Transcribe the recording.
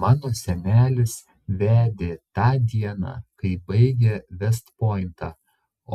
mano senelis vedė tą dieną kai baigė vest pointą